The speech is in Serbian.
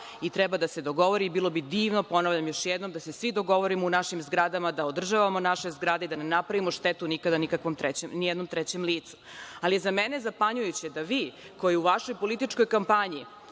i treba da se dogovore i bilo bi divno, ponavljam još jednom, da se svi dogovorimo u našim zgradama, da održavamo naše zgrade, da ne napravio štetu nikada ni jednom trećem licu. Ali, je za mene zapanjujuće da vi koji u vašoj političkoj kampanji